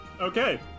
Okay